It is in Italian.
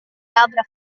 labbra